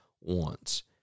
wants